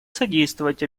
содействовать